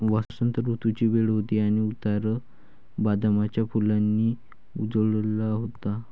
वसंत ऋतूची वेळ होती आणि उतार बदामाच्या फुलांनी उजळला होता